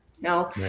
no